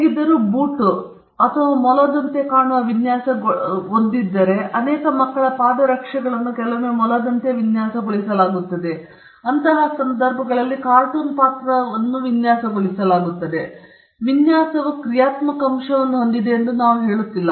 ಹೇಗಾದರೂ ಬೂಟು ಅಥವಾ ಮೊಲದಂತೆ ಕಾಣುವಂತೆ ವಿನ್ಯಾಸಗೊಳಿಸಿದ್ದರೆ ಅನೇಕ ಮಕ್ಕಳ ಪಾದರಕ್ಷೆಗಳನ್ನು ಮೊಲದಂತೆ ವಿನ್ಯಾಸಗೊಳಿಸಲಾಗಿದೆ ಅಥವಾ ಅಂತಹ ಸಂದರ್ಭಗಳಲ್ಲಿ ಕಾರ್ಟೂನ್ ಪಾತ್ರದಲ್ಲಿ ವಿನ್ಯಾಸಗೊಳಿಸಲಾಗಿರುತ್ತದೆ ವಿನ್ಯಾಸವು ಕ್ರಿಯಾತ್ಮಕ ಅಂಶವನ್ನು ಹೊಂದಿದೆ ಎಂದು ನಾವು ಹೇಳುತ್ತಿಲ್ಲ